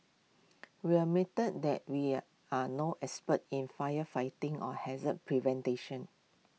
we admit that we are no experts in firefighting or haze